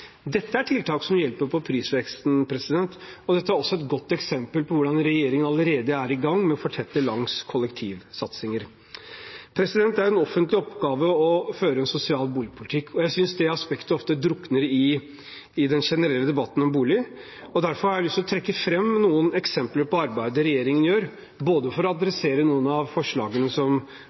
Dette er tiltak som hjelper mot prisveksten, og dette er også et godt eksempel på hvordan regjeringen allerede er i gang med å fortette langs kollektivsatsinger. Det er en offentlig oppgave å føre en sosial boligpolitikk, og jeg synes det aspektet ofte drukner i den generelle debatten om bolig. Derfor har jeg lyst å trekke fram noen eksempler på det arbeidet regjeringen gjør, både for å adressere noen av forslagene som